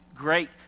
great